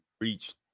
reached